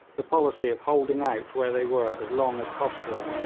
the policy of holding out where they were as long as possible,